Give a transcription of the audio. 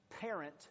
parent